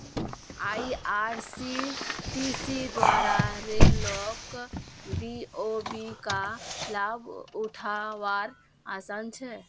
IRCTC द्वारा रेल लोक बी.ओ.बी का लाभ उठा वार आसान छे